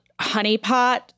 honeypot